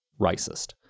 racist